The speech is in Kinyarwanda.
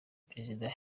perezida